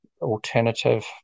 alternative